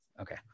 okay